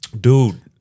Dude